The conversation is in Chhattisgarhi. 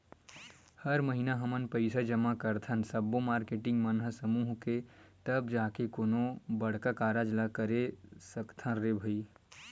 हर महिना हमन पइसा जमा करथन सब्बो मारकेटिंग मन ह समूह के तब जाके कोनो बड़का कारज ल करे सकथन रे भई